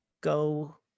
go